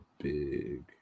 big